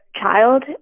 child